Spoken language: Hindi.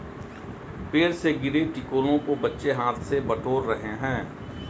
पेड़ से गिरे टिकोलों को बच्चे हाथ से बटोर रहे हैं